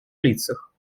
лицах